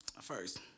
First